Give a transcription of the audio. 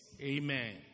Amen